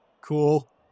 Cool